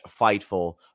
Fightful